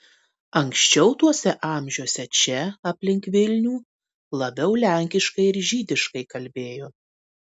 anksčiau tuose amžiuose čia aplink vilnių labiau lenkiškai ir žydiškai kalbėjo